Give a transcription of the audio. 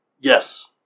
Yes